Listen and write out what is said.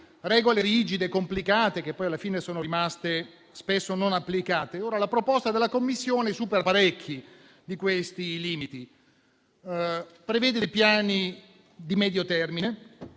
regole rigide e complicate, che poi alla fine sono rimaste spesso non applicate. Ora la proposta della Commissione supera parecchi di questi limiti: prevede piani di medio termine